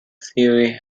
theory